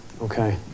Okay